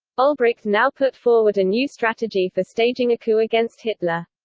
olbricht now put forward a new strategy for staging a coup against hitler.